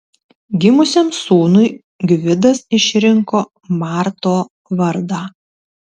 gimusiam sūnui gvidas išrinko marto vardą